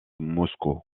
moscou